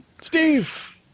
Steve